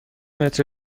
متر